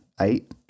Eight